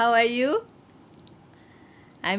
how are you